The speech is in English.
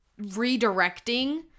redirecting